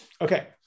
Okay